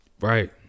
Right